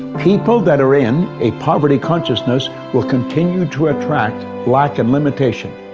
people that are in a poverty consciousness will continue to attract lack and limitation.